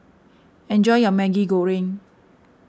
enjoy your Maggi Goreng